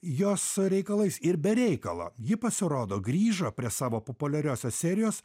jos reikalais ir be reikalo ji pasirodo grįžo prie savo populiariosios serijos